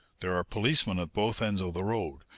there are policemen at both ends of the road,